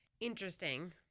Interesting